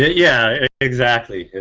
yeah yeah exactly.